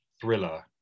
thriller